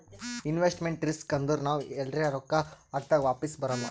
investment risk ಅಂದುರ್ ನಾವ್ ಎಲ್ರೆ ರೊಕ್ಕಾ ಹಾಕ್ದಾಗ್ ವಾಪಿಸ್ ಬರಲ್ಲ